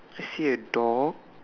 I see a door